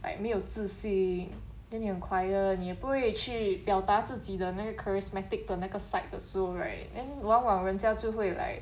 like 没有自信 then 你很 quiet 你不会去表达你自己那个 charismatic 的那个 side 的时候 right then 往往人家就会 like